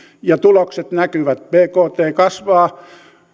ja tulokset näkyvät bkt kasvaa